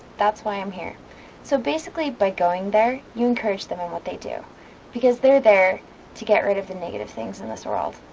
that's why i'm here so basically by going there you encourage them in what they do because they're there to get rid of the negative things in this world.